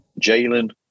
Jalen